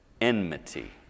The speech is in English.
enmity